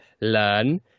learn